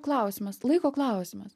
klausimas laiko klausimas